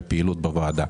על הפעילות בוועדה.